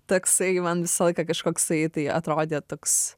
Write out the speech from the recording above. taksai man visą laiką kažkoksai tai atrodė toks